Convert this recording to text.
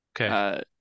Okay